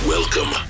Welcome